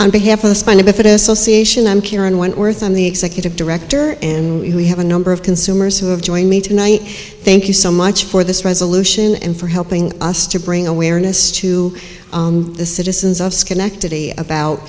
wentworth and the executive director and we have a number of consumers who have joined me tonight thank you so much for this resolution and for helping us to bring awareness to the citizens of schenectady about